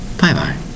Bye-bye